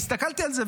הסתכלתי על זה,